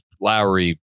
Lowry